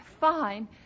fine